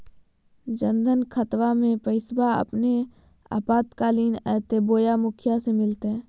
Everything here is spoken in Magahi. जन धन खाताबा में पैसबा अपने आपातकालीन आयते बोया मुखिया से मिलते?